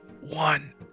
one